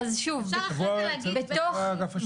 אפשר אחרי זה להגיד --- צבוע לאגף השיקום.